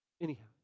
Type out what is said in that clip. Anyhow